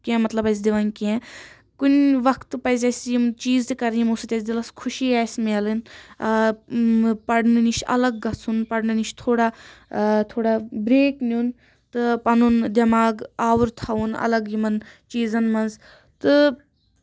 کیٚنٛہہ مطلب أسہِ دِوان کیٚنٛہہ کُنہِ وقتہٕ پَزِ اَسہِ یِم چیٖز تہِ کَرٕنۍ یِمو سۭتۍ اَسہ دِلَس خوشی آسہِ مِلان آ اۭں پڑنہٕ نِش اَلگ گژھُن پڑنہٕ نِش تھوڑا تھوڑا بریک نیُن تہٕ پَنُن دٮ۪ماغ آوُر تھوُن اَلگ یِمن چیٖزَن منٛز تہٕ